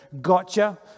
gotcha